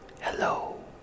Hello